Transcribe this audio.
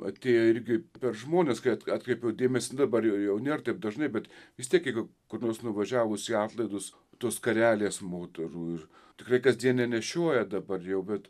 atėjo irgi per žmones kai atkreipiau dėmesį dabar jau jau nėr taip dažnai bet vis tiek jeigu kur nors nuvažiavus į atlaidus tos skarelės moterų ir tikrai kasdien nenešioja dabar jau bet